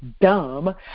Dumb